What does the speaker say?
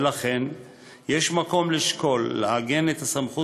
ולכן ויש מקום לשקול לעגן את הסמכות